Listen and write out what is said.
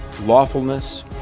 lawfulness